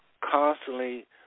constantly